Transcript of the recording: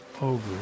over